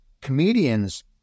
comedians